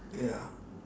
ya